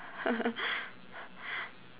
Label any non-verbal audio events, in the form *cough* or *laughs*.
*laughs*